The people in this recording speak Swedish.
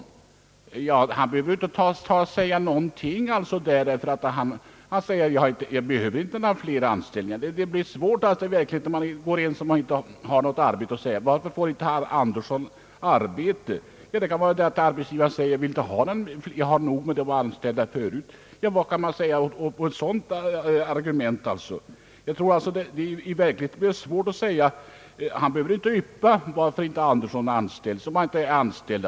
Även om den föreslagna lagändringen genomförs för sådana som inte är anställda, är det inte säkert att problemet blir löst. Man kan fråga en arbetsgivare: »Varför anställer du inte Andersson?» Arbetsgivaren behöver inte svara på frågan, utan han kan säga: »Jag behöver inte fler anställda.» Vad kan man då göra mot ett sådant argument? Jag tror att det skulle bli svårt att lösa problemet lagstiftningsvägen, ty arbetsgivaren behöver inte yppa varför Andersson inte anställs, om Andersson inte tidigare är anställd.